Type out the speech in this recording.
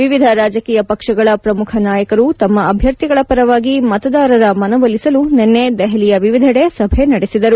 ವಿವಿಧ ರಾಜಕೀಯ ಪಕ್ಷಗಳ ಪ್ರಮುಖ ನಾಯಕರು ತಮ್ಮ ಅಭ್ಯರ್ಥಿಗಳ ಪರವಾಗಿ ಮತದಾರರ ಮನವೊಲಿಸಲು ನಿನ್ಲೆ ದೆಹಲಿಯ ವಿವಿಧೆಡೆ ಸಭೆ ನಡೆಸಿದರು